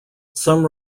some